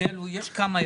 ויש כמה הבדלים.